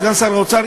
סגן שר האוצר,